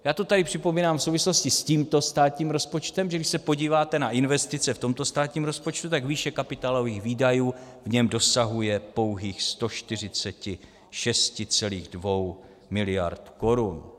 Já to tady připomínám v souvislosti s tímto státním rozpočtem, že když se podíváte na investice v tomto státním rozpočtu, tak výše kapitálových výdajů v něm dosahuje pouhých 146,2 miliardy korun.